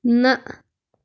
نَہ